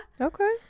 Okay